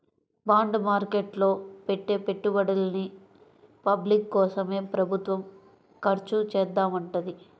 bond market లో పెట్టే పెట్టుబడుల్ని పబ్లిక్ కోసమే ప్రభుత్వం ఖర్చుచేత్తదంట